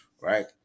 right